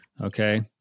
Okay